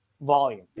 volume